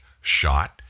shot